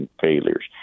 failures